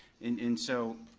and and so,